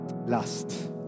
last